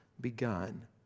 begun